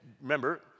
Remember